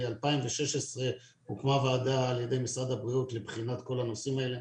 ב-2016 הוקמה ועדה על ידי משרד הבריאות לבחינת כל הנושאים האלה.